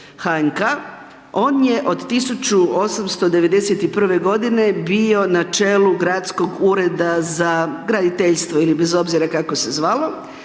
HNK, on je od 1891. godine bio na čelu gradskog ureda za graditeljstvo ili bez obzira kako se zvalo.